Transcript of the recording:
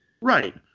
Right